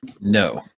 No